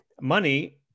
Money